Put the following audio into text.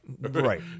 right